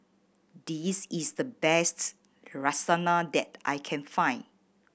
this is the bests Lasagna that I can find